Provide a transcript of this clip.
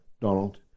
Donald